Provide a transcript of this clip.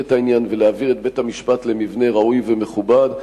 את העניין ולהעביר את בית-המשפט למבנה ראוי ומכובד,